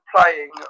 playing